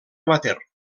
amateur